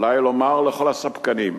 עלי לומר לכל הספקנים,